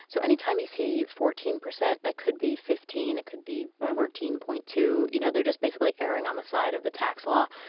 so any time you see fourteen percent, that could be fifteen, it could be fourteen point two. you know they're just basically erring on the side of the tax law,